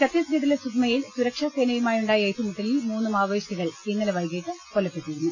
ഛത്തിസ്ഗഡിലെ സുക്മയിൽ സുരക്ഷാസേനയുമായുണ്ടായ ഏ റ്റുമുട്ടലിൽ മൂന്ന് മാവോയിസ്റ്റുകൾ ഇന്നലെ വൈകീട്ട് കൊല്ലപ്പെ ട്ടിരുന്നു